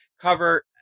Cover